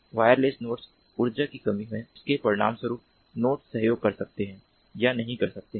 wireless nodes ऊर्जा की कमी हैं जिसके परिणामस्वरूप नोट सहयोग कर सकते हैं या नहीं कर सकते हैं